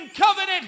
covenant